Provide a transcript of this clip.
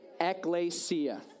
Ecclesia